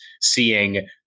seeing